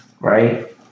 right